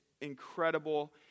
incredible